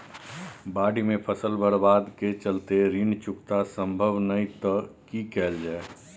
बाढि में फसल बर्बाद के चलते ऋण चुकता सम्भव नय त की कैल जा?